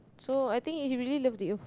so I think it's really loved it